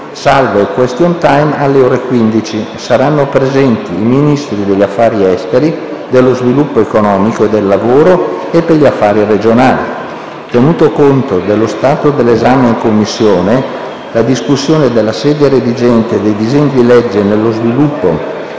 salvo il *question time* alle ore 15. Saranno presenti i Ministri degli affari esteri, dello sviluppo economico, del lavoro e per gli affari regionali. Tenuto conto dello stato dell'esame in Commissione, la discussione dalla sede redigente dei disegni di legge sullo sviluppo